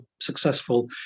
successful